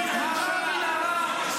מנהרה-מנהרה,